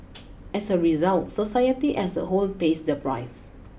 as a result society as a whole pays the price